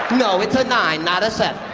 no, it's a nine, not a seven